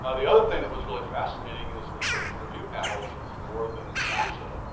ah the other thing that was really fascinating is, is that the review panels is more than nasa.